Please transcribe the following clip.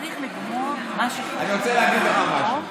אני רוצה להגיד לך משהו.